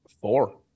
Four